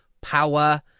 power